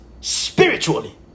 Spiritually